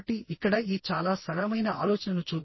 కాబట్టి నెట్ ఏరియాని కనుక్కోవాలి